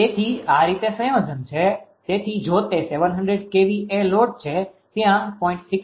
તેથી આ રીતે સંયોજન છે તેથી જો તે 700kVA લોડ છે ત્યાં 0